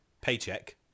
paycheck